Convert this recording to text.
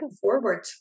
forward